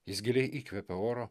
jis giliai įkvepia oro